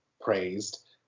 praised